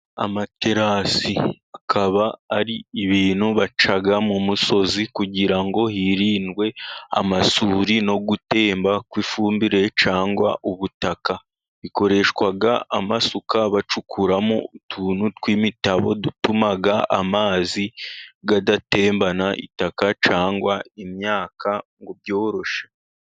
Amaterasi akaba ari ibintu baca mu musozi kugira ngo hirindwe amasuri, no gutemba kw'ifumbire cyangwa ubutaka. Bikoreshwa amasuka bacukuramo utuntu tw'imitabo, dutuma amazi adatembana itaka cyangwa imyaka byoroshye.